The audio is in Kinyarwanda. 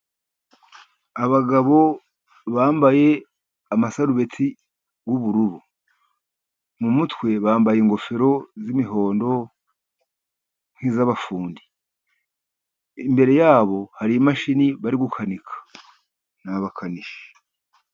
Abagabo bambaye amasarubeti y'ubururu. Mu mutwe bambaye ingofero z'imihondo nk'iz'abafundi. Imbere yabo hari imashini bari gukanika ni abakanishi.